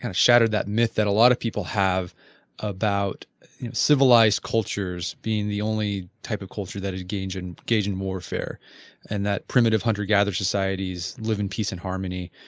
kind of shadow that myth that a lot of people have about civilized cultures being the only type of culture that engage and engage in warfare and that primitive hunter-gatherer societies live in peace and harmony